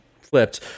flipped